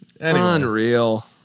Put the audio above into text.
Unreal